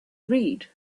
read